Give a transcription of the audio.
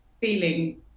feeling